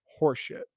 horseshit